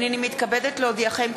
הנני מתכבדת להודיעכם,